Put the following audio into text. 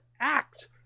act